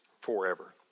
forever